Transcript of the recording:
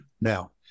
Now